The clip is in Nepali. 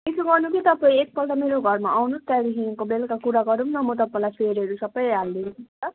यसो गर्नु कि तपाईँ एकपल्ट मेरो घरमा आउनुहोस् त्यहाँदेखिको बेलुका कुरा गरौँ न म तपाईँलाई फेरहरू सबै हालिदिन्छु ल